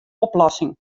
oplossing